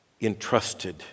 entrusted